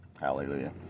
Hallelujah